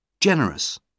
Generous